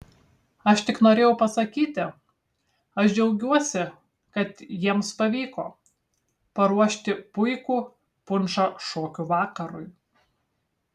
aš tik norėjau pasakyti aš džiaugiuosi kad jiems pavyko paruošti puikų punšą šokių vakarui